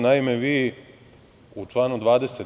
Naime, vi u članu 20.